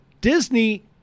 Disney